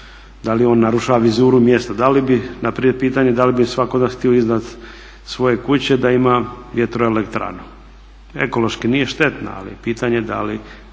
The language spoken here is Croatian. Da li on narušava vizuru mjesta, da li bi svatko od nas htio iznad svoje kuće da ima vjetroelektranu? Ekološki nije štetna ali pitanje je da li